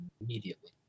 immediately